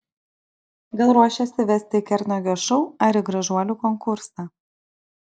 gal ruošiasi vesti į kernagio šou ar į gražuolių konkursą